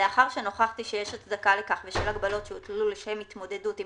לאחר שנוכחתי שיש הצדקה לכך בשל הגבלות שהוטלו לשם התמודדות עם